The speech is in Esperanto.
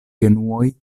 genuoj